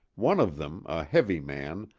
one of them, a heavy man,